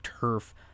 turf